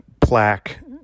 plaque